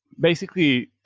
basically,